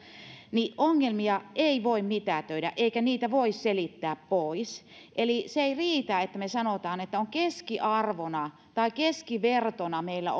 niin ongelmia ei voi mitätöidä eikä niitä voi selittää pois eli se ei riitä että me sanomme että keskiarvona tai keskivertona meillä